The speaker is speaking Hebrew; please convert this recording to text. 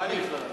אין לו תחליף.